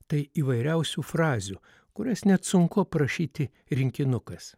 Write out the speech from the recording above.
tai įvairiausių frazių kurias net sunku aprašyti rinkinukas